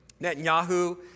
Netanyahu